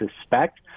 suspect